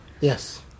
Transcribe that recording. Yes